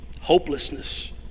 hopelessness